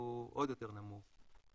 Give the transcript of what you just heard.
הוא עוד יותר נמוך.